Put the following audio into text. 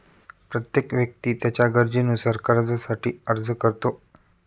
प्रत्येक व्यक्ती त्याच्या गरजेनुसार कर्जासाठी अर्ज करतो